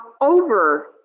over